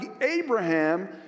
Abraham